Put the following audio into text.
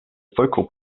focal